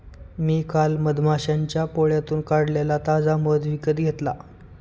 मी काल मधमाश्यांच्या पोळ्यातून काढलेला ताजा मध विकत घेतला